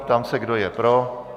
Ptám se, kdo je pro.